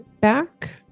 back